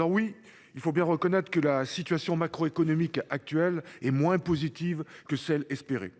Oui, il faut bien reconnaître que la situation macroéconomique actuelle est moins positive que celle que